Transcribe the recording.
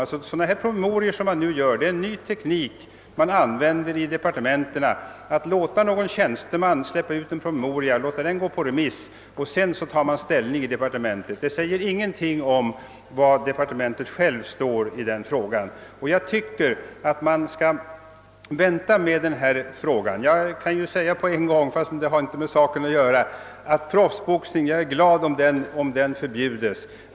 Det är en ny teknik som man använder i departementen. Man låter en tjänsteman utarbeta en promemoria, man skickar ut den på remiss, och sedan tar man ställning i departementet. Det säger ingenting om departementschefens uppfattning. Man bör vänta med denna fråga. Jag kan säga med en gång, fastän det inte har med saken att göra, att jag är glad om proffsboxning förbjudes.